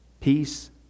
peace